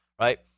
Right